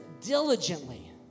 diligently